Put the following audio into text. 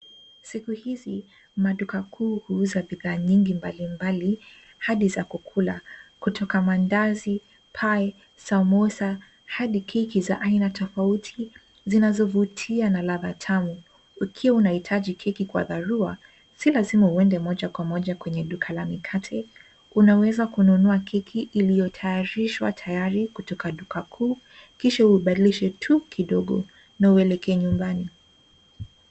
Siku hizi maduka kuu huuza bidhaa nyingi mbali mbali hadi za kukula, kutoka mandazi, pie (CS), samosa hadi keki za aina tofauti, zinazovutia na ladhaa tamu. Ukiwa unahitaji keki kwa dharua si lazima uende moja kwa moja kwenye duka la mikate, unaweza kununua keki iliyotayarishwa tayari kutoka duka kuu kisha ubadilishe tu kidogo, na uelekee nyumbani.